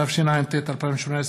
התשע"ט 2018,